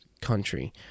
country